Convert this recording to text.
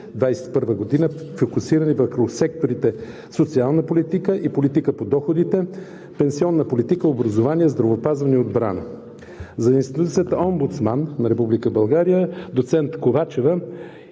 2021 г., фокусирани върху секторите социална политика и политика по доходите, пенсионна политика, образование, здравеопазване и отбрана. За институцията Омбудсман на Република